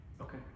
Okay